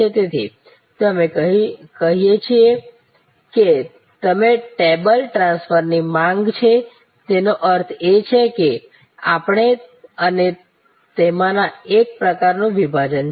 તેથી અમે કહીએ છીએ તેમ ટેબલ ટ્રાન્સફરની માંગ છે તેનો અર્થ એ છે કે આપણે અને તેમનામાં એક પ્રકારનું વિભાજન છે